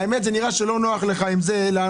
האמת נראה לי שלא נוח לך לענות,